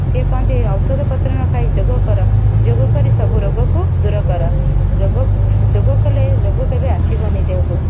ସେ କୁହନ୍ତି ଔଷଧ ପତ୍ର ନ ଖାଇ ଯୋଗ କର ଯୋଗ କରି ସବୁ ରୋଗକୁ ଦୂର କର ରୋଗ ଯୋଗ କଲେ ରୋଗ କେବେ ଆସିବନି ଦେହକୁ